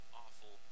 awful